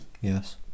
Yes